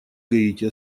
гаити